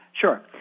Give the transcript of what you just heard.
Sure